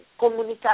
comunicar